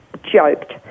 joked